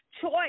choice